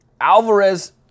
Alvarez